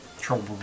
Trouble